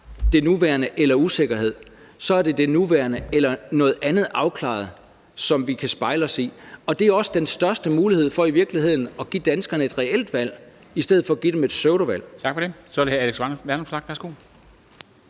det nuværende eller en usikkerhed. Så er det om det nuværende eller noget andet afklaret, som vi kan spejle os i. Det er i virkeligheden også den største mulighed for at give danskerne et reelt valg i stedet for at give dem et pseudovalg.